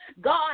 God